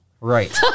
right